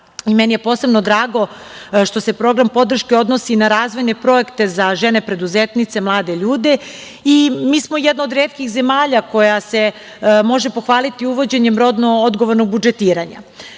meni je posebno drago što se program podrške odnosi i na razvojne projekte za žene preduzetnice, mlade ljude i mi smo jedna od retkih zemalja koja se može pohvaliti uvođenjem rodno odgovornog budžetiranja. Kao